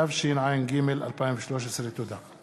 התשע"ג 2013. תודה.